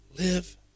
Live